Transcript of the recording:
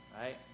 right